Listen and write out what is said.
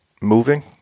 moving